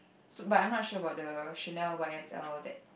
but I'm not sure about the Chanel Y_S_L that